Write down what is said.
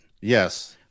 Yes